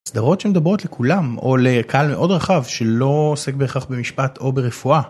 סדרות שמדברות לכולם או לקהל מאוד רחב שלא עוסק בהכרח במשפט או ברפואה.